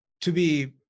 to-be